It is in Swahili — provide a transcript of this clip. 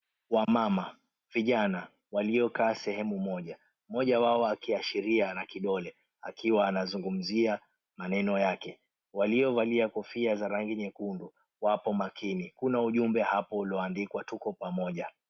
Wamama, vijana waliokaa sehemu moja. Moja wao akiashiria na kidole akiwa anazungumzia maneno yake, waliovalia kofia za rangi nyekundu wapo makini. Kuna ujumbe hapo ulioandikwa tuko pamoja.